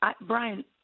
Brian